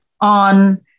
on